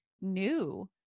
new